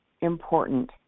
important